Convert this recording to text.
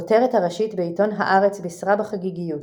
הכותרת הראשית בעיתון הארץ בישרה בחגיגיות